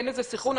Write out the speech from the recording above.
אין סנכרון.